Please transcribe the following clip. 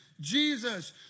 Jesus